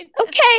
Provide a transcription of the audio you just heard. Okay